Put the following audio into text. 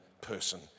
person